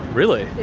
really?